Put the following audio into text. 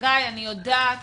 אני יודעת